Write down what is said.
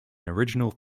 original